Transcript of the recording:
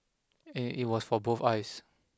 and it was for both eyes